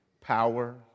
power